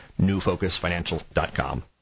newfocusfinancial.com